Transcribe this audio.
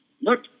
look